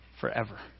forever